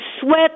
sweat